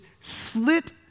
slit